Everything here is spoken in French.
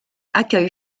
accueille